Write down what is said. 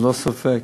ללא ספק.